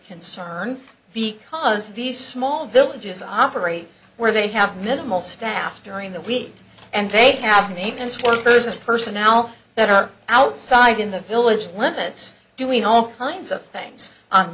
concern because these small villages operate where they have minimal staff during the week and they have to make sense for first person now that are outside in the village limits doing all kinds of things on